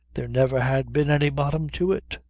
there never had been any bottom to it.